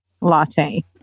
latte